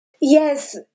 Yes